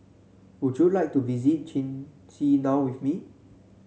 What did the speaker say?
would you like to visit Chisinau with me